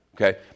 okay